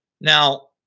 Now